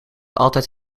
altijd